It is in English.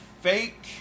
fake